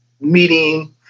meeting